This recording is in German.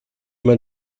man